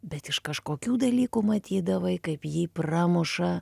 bet iš kažkokių dalykų matydavai kaip jį pramuša